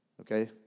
Okay